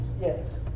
Yes